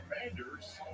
commanders